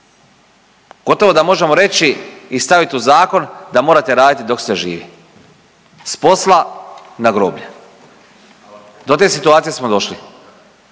Gotovo da možemo reći i staviti u zakon da morate raditi dok ste živi. S posla na groblje. Do te situacije smo došli